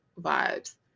vibes